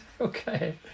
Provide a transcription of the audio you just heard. Okay